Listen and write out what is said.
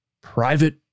Private